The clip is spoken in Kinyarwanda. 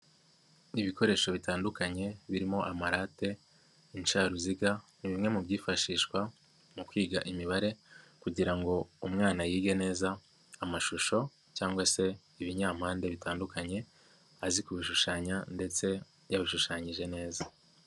Ibikoresho bitandukanye birimo amarate, incaruziga, ni bimwe mu byifashishwa mu kwiga imibare kugira ngo umwana yige neza amashusho cyangwa se ibinyamde bitandukanye, azi kubishushanya ndetse yabishushanyije neza.